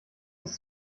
ist